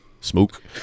Smoke